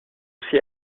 aussi